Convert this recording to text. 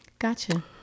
gotcha